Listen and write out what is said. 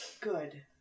Good